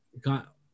Got